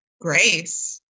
grace